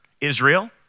Israel